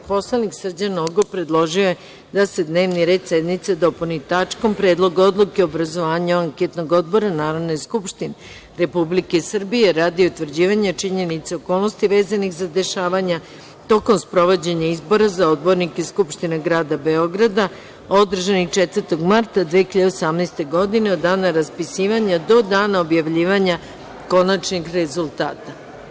Narodni poslanik Srđan Nogo predložio je da se dnevni red sednice dopuni tačkom – Predlog odluke o obrazovanju anketnog odbora Narodne skupštine Republike Srbije radi utvrđivanja činjenica i okolnosti vezanih za dešavanja tokom sprovođenja izbora za odbornike Skupštine grada Beograda održanih 4. marta 2018. godine od dana raspisivanja do dana objavljivanja konačnih rezultata.